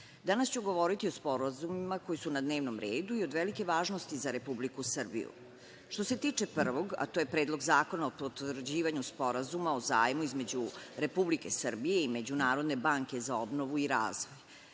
danas ću govoriti o sporazumima koji su na dnevnom redu i od velike važnosti za Republiku Srbiju. Što se tiče prvog, a to je Predlog zakona o potvrđivanju Sporazuma o zajmu između Republike Srbije i Međunarodne banke za obnovu i razvoj,